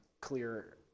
clear